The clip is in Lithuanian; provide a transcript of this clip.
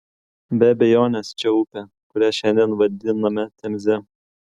be abejonės čia upė kurią šiandien vadiname temze